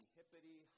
Hippity